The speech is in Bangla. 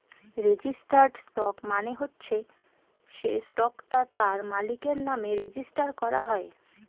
রেজিস্টার্ড স্টক মানে হচ্ছে সে স্টকটা তার মালিকের নামে রেজিস্টার করা হয়